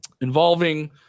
involving